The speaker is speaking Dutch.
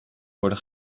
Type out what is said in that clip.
worden